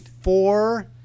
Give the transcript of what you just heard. four